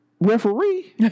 referee